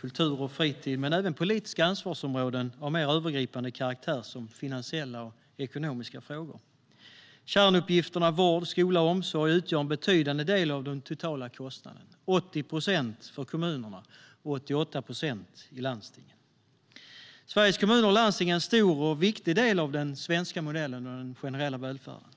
kultur och fritid men har även politiska ansvarsområden av mer övergripande karaktär såsom finansiella och ekonomiska frågor. Kärnuppgifterna vård, skola och omsorg utgör en betydande del av den totala kostnaden: 80 procent för kommunerna och 88 procent i landstingen. Sveriges kommuner och landsting är en stor och viktig del av den svenska modellen, av den generella välfärden.